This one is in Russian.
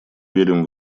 верим